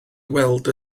weld